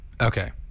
Okay